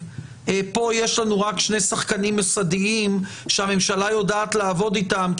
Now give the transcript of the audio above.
פה יש לנו רק שני שחקנים מוסדיים שהממשלה יודעת לעבוד איתם,